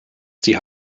sie